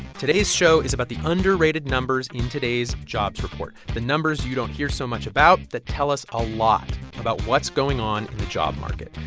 today's show is about the underrated numbers in today's jobs report the numbers you don't hear so much about that tell us a lot about what's going on in the job market.